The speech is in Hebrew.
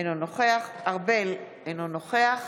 אינו נוכח משה ארבל, אינו נוכח